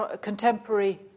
contemporary